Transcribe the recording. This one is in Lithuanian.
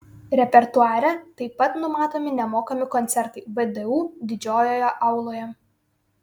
repertuare taip pat numatomi nemokami koncertai vdu didžiojoje auloje